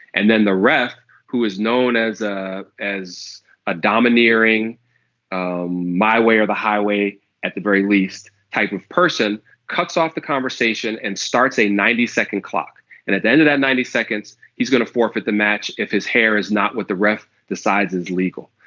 and then the ref who is known as as a as a domineering um my way or the highway at the very least type of person cuts off the conversation and starts a ninety second clock. and at the end of that ninety seconds he's gonna forfeit the match if his hair is not what the ref decides is legal.